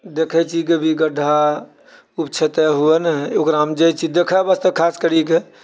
देखै छी कभी गड्ढा उपछति तऽ हुए ने ओकरा हम जाइ छी देखै वास्ते खास करिके